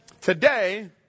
today